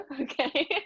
Okay